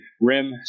rim